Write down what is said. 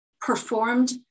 performed